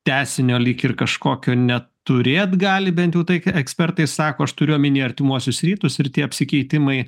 tęsinio lyg ir kažkokio neturėt gali bent jau tai ką ekspertai sako aš turiu omeny artimuosius rytus ir tie apsikeitimai